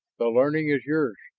the learning is yours,